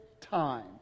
time